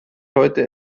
heute